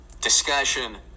discussion